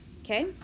okay